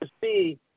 see